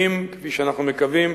כפי שאנחנו מקווים,